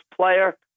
player